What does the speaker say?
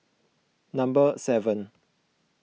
number seven